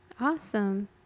awesome